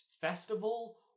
festival